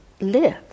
live